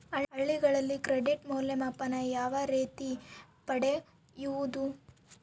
ಹಳ್ಳಿಗಳಲ್ಲಿ ಕ್ರೆಡಿಟ್ ಮೌಲ್ಯಮಾಪನ ಯಾವ ರೇತಿ ಪಡೆಯುವುದು?